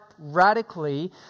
radically